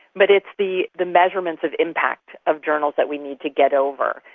but it's the the measurement of impact of journals that we need to get over.